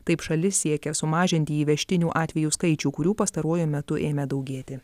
taip šalis siekia sumažinti įvežtinių atvejų skaičių kurių pastaruoju metu ėmė daugėti